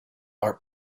are